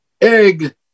egg